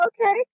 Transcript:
okay